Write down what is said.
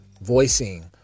Voicing